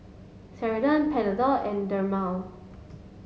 Ceradan Panadol and Dermale